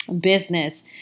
business